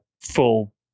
full